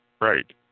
Right